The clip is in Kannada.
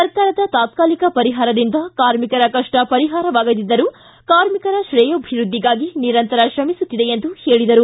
ಸರ್ಕಾರದ ತಾತ್ಕಾಲಿಕ ಪರಿಹಾರದಿಂದ ಕಾರ್ಮಿಕರ ಕಪ್ಪ ಪರಿಹಾರವಾಗದಿದ್ದರೂ ಕಾರ್ಮಿಕರ ತ್ರೇಯೋಭಿವೃದ್ದಿಗಾಗಿ ನಿರಂತರ ಶ್ರಮಿಸುತ್ತಿದೆ ಎಂದು ಹೇಳಿದರು